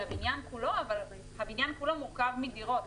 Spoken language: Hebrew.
הבניין כולו אבל הבניין כולו מורכב מדירות.